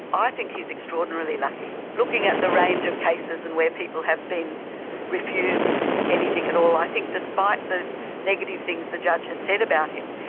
i think he's extraordinarily lucky. looking at the range of cases and where people have been refused anything at all, i think despite the negative things the judge has said about him,